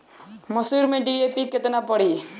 मसूर में डी.ए.पी केतना पड़ी?